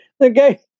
Okay